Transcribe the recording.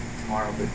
tomorrow